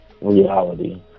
reality